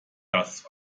dass